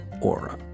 aura